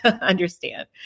understand